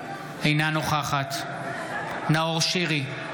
נוכחת נאור שירי,